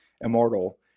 immortal